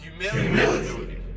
Humility